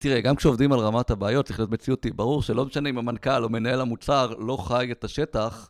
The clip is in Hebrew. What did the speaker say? תראה, גם כשעובדים על רמת הבעיות, החלט מציעו אותי, ברור שלא משנה אם המנכ״ל או מנהל המוצר לא חי את השטח.